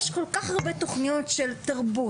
יש כל כך הרבה תוכניות של תרבות,